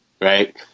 Right